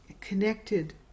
connected